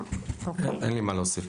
אין לי מה להוסיף.